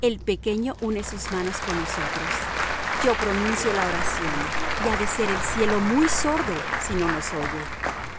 el pequeño une sus manos como nosotros yo pronuncio la oración y ha de ser el cielo muy sordo si no nos oye